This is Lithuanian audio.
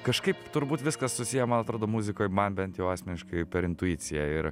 kažkaip turbūt viskas susiję man atrodo muzikoj man bent jau asmeniškai per intuiciją ir